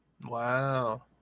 Wow